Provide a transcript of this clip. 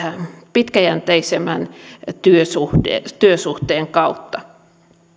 pitkäjänteisemmän työsuhteen työsuhteen kautta